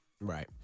Right